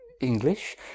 English